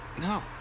No